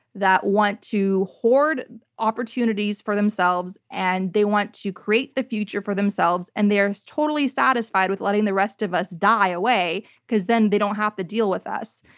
that want to hoard opportunities for themselves and they want to create the future for themselves. and they're totally satisfied with letting the rest of us die away because then they don't have to deal with us.